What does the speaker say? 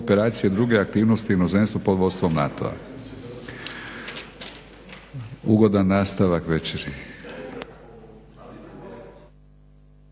operacije i druge aktivnosti u inozemstvu pod vodstvom NATO-a. Ugodan nastavak večeri.